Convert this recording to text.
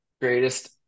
Greatest